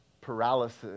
paralysis